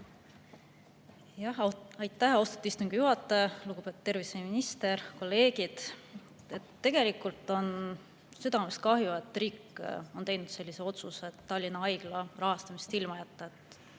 Aitäh, austatud istungi juhataja! Lugupeetud terviseminister! Kolleegid! Tegelikult on südamest kahju, et riik on teinud sellise otsuse, et Tallinna Haigla rahastusest ilma jätta.